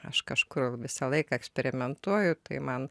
aš kažkur visą laiką eksperimentuoju tai man